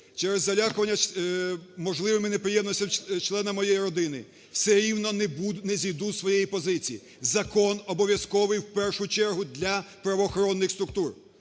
через залякування можливими неприємностями членам моєї родини, – все рівно не зійду з своєї позиції. Закон обов'язковий, в першу чергу для правоохоронних структур.